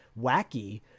wacky